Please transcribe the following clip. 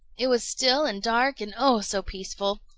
it was still and dark and oh, so peaceful!